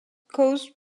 caused